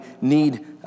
need